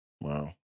Wow